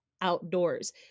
outdoors